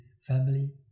family